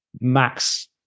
max